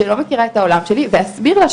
שלא מכירה את העולם שלי ואסביר לה,